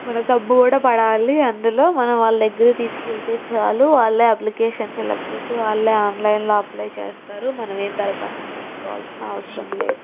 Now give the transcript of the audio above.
మన థంబ్ కూడా పడాలి అందులో మనం వాళ్ళ దగ్గరకు తీసుకెళ్తే చాలు వాళ్ళే అప్లికేషన్ ఫీల్అప్ చేసి వాళ్ళే ఆన్లైన్లో అప్లై చేస్తారు మనం ఏమి దరఖాస్తు పెట్టుకోవాల్సిన అవసరం లేదు